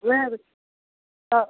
तेँ तब